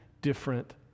different